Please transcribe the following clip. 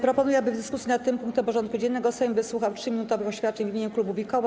Proponuję, aby w dyskusji nad tym punktem porządku dziennego Sejm wysłuchał 3-minutowych oświadczeń w imieniu klubów i koła.